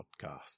Podcast